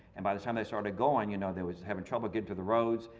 and by the time they started going, you know they was having trouble getting to the roads.